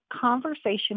conversation